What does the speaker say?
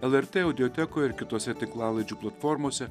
lrt audiotekoj ir kitose tinklalaidžių platformose